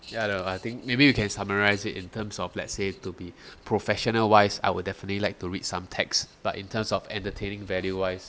ya lor I think maybe you can summarize it in terms of let's say to be professional wise I would definitely like to read some text but in terms of entertaining value wise